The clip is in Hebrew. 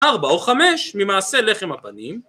ארבע או חמש ממעשה לחם הפנים